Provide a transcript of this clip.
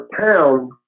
town